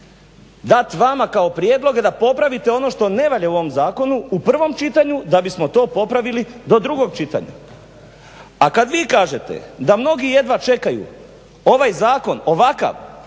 dat vama kao prijedloge da popravite ono što ne valja u ovom zakonu u prvom čitanju da bismo to popravili do drugog čitanja. A kad vi kažete da mnogi jedva čekaju ovaj zakon, ovakav